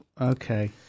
okay